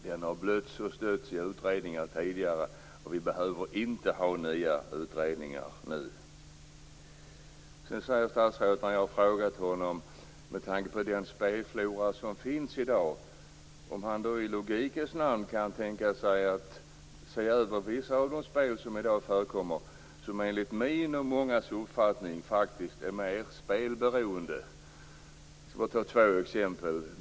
Den har stötts och blötts i utredningar tidigare och vi behöver inte ha nya utredningar nu. Med tanke på den spelflora som förekommer i dag har jag frågat statsrådet om han i logikens namn kan tänka sig att se över vissa av de spelen, som enligt min och mångas uppfattning faktiskt innebär större risk för spelberoende. Jag skall ta två exempel.